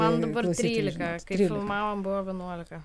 man dabar trylika kai filmavom buvo vienuolika